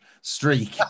streak